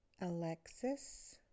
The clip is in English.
Alexis